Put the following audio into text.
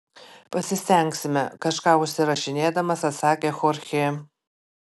pasistengsime kažką užsirašinėdamas atsakė chorchė